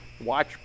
watch